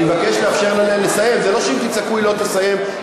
אני לא רוצה להתחיל להוציא אנשים.